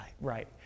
right